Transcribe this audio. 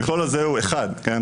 המכלול הזה הוא אחד, כן?